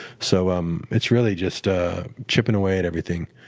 so um it's really just chipping away at everything.